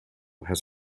has